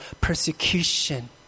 persecution